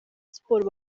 sports